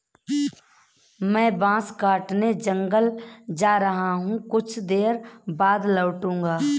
मैं बांस काटने जंगल जा रहा हूं, कुछ देर बाद लौटूंगा